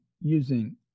using